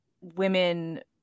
women